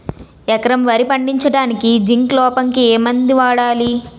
ఎకరం వరి పండించటానికి జింక్ లోపంకి ఏ మందు వాడాలి?